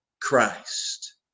Christ